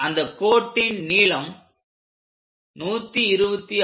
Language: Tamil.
அந்த கோட்டின் நீளம் 126 mm